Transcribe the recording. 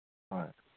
ꯍꯣꯏ